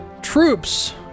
troops